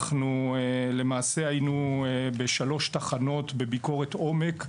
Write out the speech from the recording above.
למעשה אנחנו היינו בשלוש תחנות בביקורת עומק.